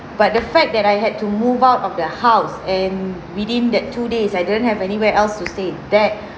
but the fact that I had to move out of their house and within that two days I didn't have anywhere else to stay that